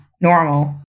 normal